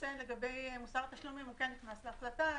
אציין לגבי מוסר התשלומים הוא כן נכנס להחלטה,